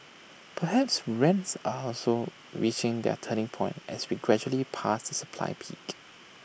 perhaps rents are also reaching their turning point as we gradually pass the supply peak